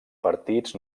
partits